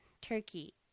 Turkey